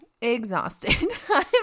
exhausted